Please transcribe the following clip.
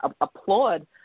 applaud